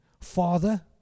Father